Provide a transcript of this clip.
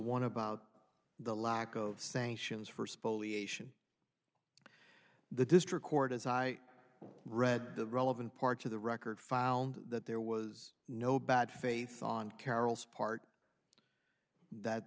one about the lack of sanctions for spoliation the district court as i read the relevant parts of the record found that there was no bad faith on carol's part that